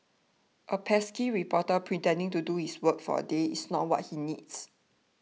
a pesky reporter pretending to do his work for a day is not what he needs